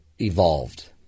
evolved